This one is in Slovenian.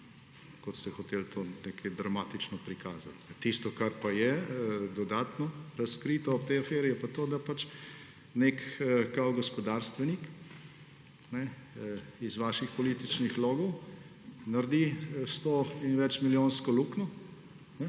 kot ste hoteli to nekaj dramatično prikazati. Tisto, kar pa je dodatno razkrito v tej aferi, je pa to, da nek kao gospodarstvenik iz vaših političnih logov naredi 100 in več milijonsko luknjo v